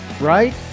right